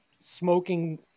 smoking